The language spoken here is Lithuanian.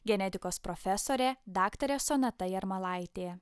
genetikos profesorė daktarė sonata jarmalaitė